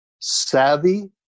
savvy